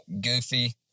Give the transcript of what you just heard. goofy